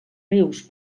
rius